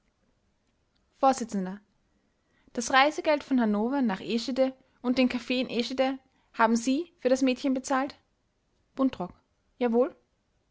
vors das reisegeld von hannover nach eschede und den kaffee in eschede haben sie für das mädchen bezahlt buntrock jawohl